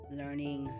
learning